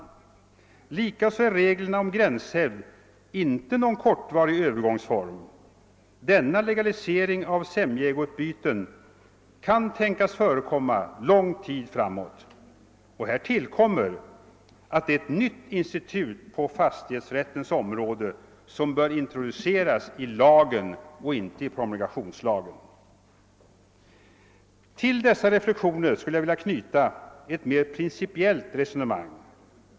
Likaså är reglerna om gränshävd inte någon kortvarig övergångsform. Denna legalisering av sämjeägoutbyte kan tänkas förekomma lång tid framåt. Här tillkommer att det är ett nytt institut på fastighetsrättens område, som bör introduceras i jordabalken och inte i promulgationslagen. Till dessa reflexioner skulle jag vilja knyta ett mer principiellt resonemang.